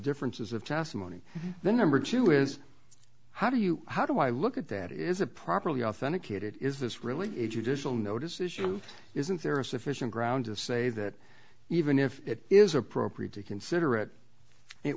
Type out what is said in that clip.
differences of testimony the number two is how do you how do i look at that is it properly authenticated is this really a judicial notice issue isn't there are sufficient grounds of say that even if it is appropriate to consider it it